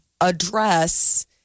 address